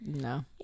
No